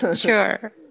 sure